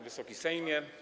Wysoki Sejmie!